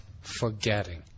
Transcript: forgetting